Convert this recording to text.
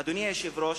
אדוני היושב-ראש,